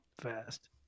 fast